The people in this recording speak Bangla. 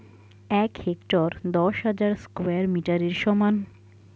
এক হেক্টার দশ হাজার স্কয়ার মিটারের সমান